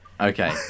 Okay